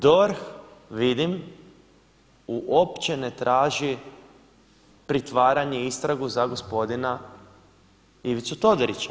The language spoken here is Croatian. DORH vidim uopće ne traži pritvaranje i istragu za gospodina Ivicu Todorića.